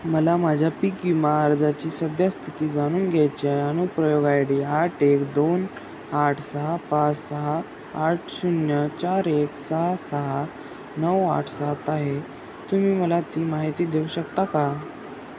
मला माझ्या पीक विमा अर्जाची सद्यस्थिती जाणून घ्यायची आहे अनुप्रयोग आय डी आठ एक दोन आठ सहा पाच सहा आठ शून्य चार एक सहा सहा नऊ आठ सात आहे तुम्ही मला ती माहिती देऊ शकता का